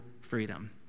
freedom